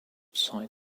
side